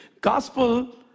Gospel